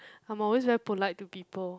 I'm always very polite to people